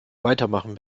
weitermachen